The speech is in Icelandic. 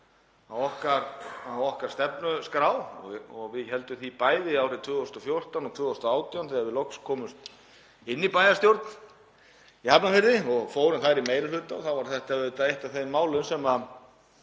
á okkar stefnuskrá og við héldum því bæði árið 2014 og 2018 þegar við loks komumst inn í bæjarstjórn í Hafnarfirði og fórum þar í meiri hluta. Þá var þetta auðvitað eitt af þeim málum sem við